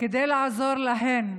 כדי לעזור להן